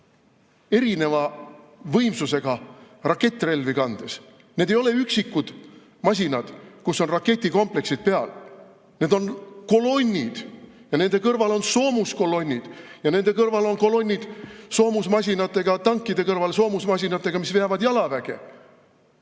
erineva võimsusega rakettrelvi kandes. Need ei ole üksikud masinad, kus on raketikompleksid peal, need on kolonnid. Ja nende kõrval on soomuskolonnid ja nende tankide kõrval on kolonnid soomusmasinatega, mis veavad jalaväge.